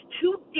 two